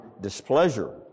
displeasure